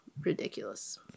Ridiculous